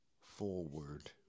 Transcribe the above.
forward